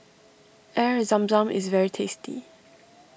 Air Zam Zam is very tasty